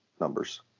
numbers